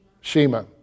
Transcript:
Shema